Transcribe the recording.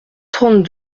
trente